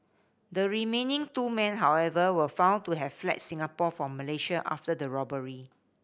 the remaining two men however were found to have fled Singapore for Malaysia after the robbery